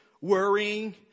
worrying